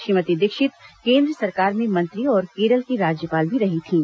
श्रीमती दीक्षित केन्द्र सरकार में मंत्री और केरल की राज्यपाल भी रही थीं